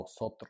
vosotros